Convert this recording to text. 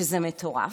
שזה מטורף.